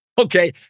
Okay